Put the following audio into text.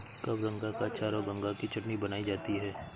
कबरंगा का अचार और गंगा की चटनी बनाई जाती है